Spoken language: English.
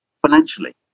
financially